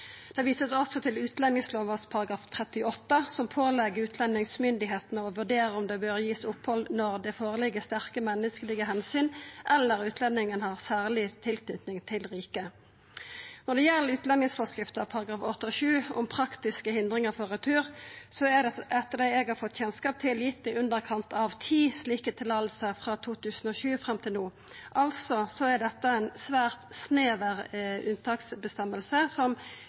Det vert også vist til utlendingslova § 38, som pålegg utlendingsmyndigheitene å vurdera om ein bør gi opphald når det ligg føre sterke menneskelege omsyn eller utlendingen har særleg tilknyting til riket. Når det gjeld utlendingsforskrifta § 8-7 om praktiske hindringar for retur, er det, etter det eg har fått kjennskap til, gitt i underkant av ti slike løyve frå 2007 fram til no. Altså er dette ei svært snever unntaksføresegn som